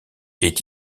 est